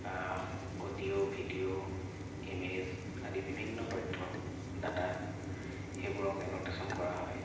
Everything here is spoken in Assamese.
অডিঅ' ভিডিঅ' ইমেজ আদি বিভিন্ন তথ্য ডাটা সেইবোৰক এনোটেচন কৰা হয়